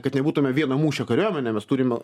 kad nebūtumėme vieną mūšio kariuomenė mes turim